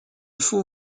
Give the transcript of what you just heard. font